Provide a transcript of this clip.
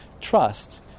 trust